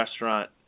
restaurant